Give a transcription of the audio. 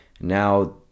Now